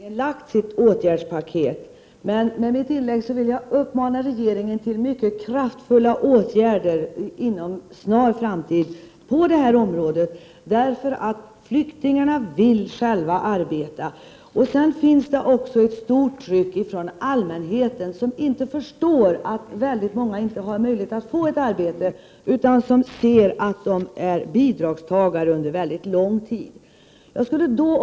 Herr talman! Jag vet att regeringen nyligen har lagt fram sitt åtgärdspaket. Men i mitt inlägg vill jag uppmana regeringen till mycket kraftfulla åtgärder på detta område inom en snar framtid. Flyktingarna vill nämligen arbeta. Det finns ett stort tryck från allmänheten, som inte förstår att väldigt många av dessa människor inte har möjligheter att få ett arbete. Allmänheten ser bara att dessa människor är bidragstagare under mycket lång tid.